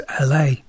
LA